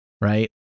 Right